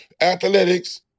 athletics